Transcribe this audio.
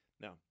Now